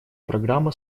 программа